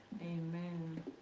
Amen